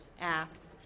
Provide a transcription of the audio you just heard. asks